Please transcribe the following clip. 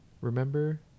Remember